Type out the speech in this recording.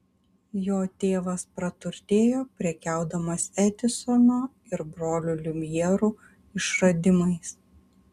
jo tėvas praturtėjo prekiaudamas edisono ir brolių liumjerų išradimais